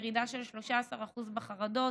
ירידה של 13% בחרדות